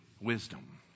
Wisdom